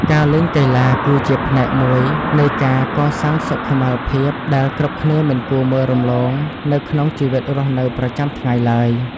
ការលេងកីឡា គឺជាផ្នែកមួយនៃការកសាងសុខុមាលភាពដែលគ្រប់គ្នាមិនគួរមើលរំលងនៅក្នុងជីវិតរស់នៅប្រចាំថ្ងៃឡើយ។